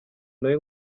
nawe